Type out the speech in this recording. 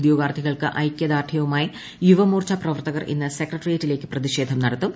ഉദ്യോഗാർത്ഥികൾക്ക് ഐകൃദാർഢൃവുമായി യുവമോർച്ച പ്രവർത്തകർ ഇന്ന് സെക്രട്ടേറിയറ്റിലേക്ക് പ്രതിഷേധം നടത്തും